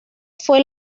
fue